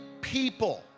people